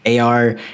AR